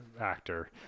actor